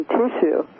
tissue